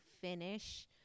finish